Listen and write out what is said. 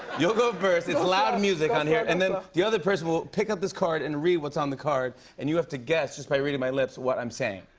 you'll go first. it's loud music on here. and then the other person will pick up this card and read what's on the card. and you have to guess just by reading my lips what i'm saying.